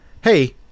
Hey